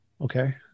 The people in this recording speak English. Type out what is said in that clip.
Okay